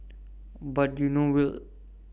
but you know will